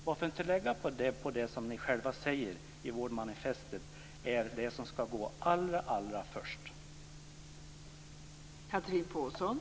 Varför inte göra det som ni själva säger i vårdmanifestet och låta vården komma i första hand?